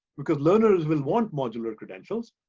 because learners will want modular credentials.